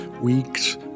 weeks